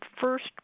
first